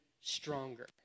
stronger